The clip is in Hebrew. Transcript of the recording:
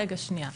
רגע שנייה.